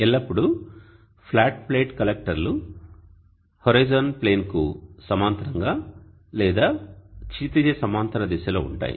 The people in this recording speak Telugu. ఎల్లప్పుడూ ఫ్లాట్ ప్లేట్ కలెక్టర్లు హోరిజోన్ ప్లేన్ కు కు సమాంతరంగా లేదా క్షితిజ సమాంతర దిశలో ఉంటాయి